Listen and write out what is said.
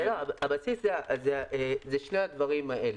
הבסיס זה שני הדברים האלה.